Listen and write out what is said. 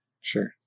Sure